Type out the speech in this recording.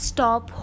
Stop